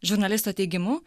žurnalisto teigimu